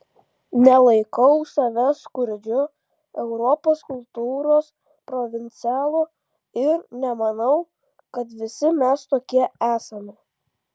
nelaikau savęs skurdžiu europos kultūros provincialu ir nemanau kad visi mes tokie esame